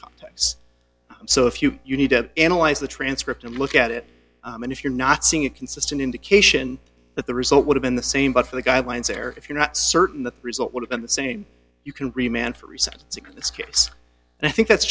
contacts so if you you need to analyze the transcript and look at it and if you're not seeing it consistent indication that the result would have been the same but for the guidelines there if you're not certain the result would have been the same you can